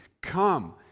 come